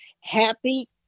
Happy